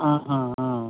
ఆహా ఆ